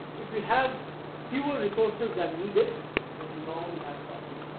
if you have fewer resources that needed then you normally have structural